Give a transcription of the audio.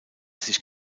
sich